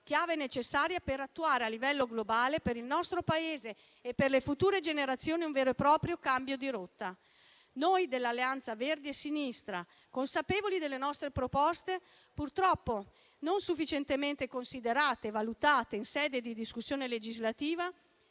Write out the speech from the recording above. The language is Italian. chiave necessaria per attuare a livello globale, per il nostro Paese e per le future generazioni, un vero e proprio cambio di rotta. Noi dell'Alleanza Verdi e Sinistra, consapevoli delle nostre proposte, purtroppo non sufficientemente considerate e valutate in sede di discussione legislativa,